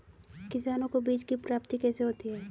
किसानों को बीज की प्राप्ति कैसे होती है?